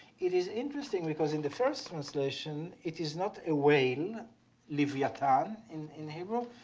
it is interesting because in the first translation it is not a whale liiviatan in in hebrew,